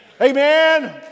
Amen